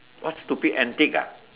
what stupid antic ah